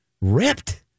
ripped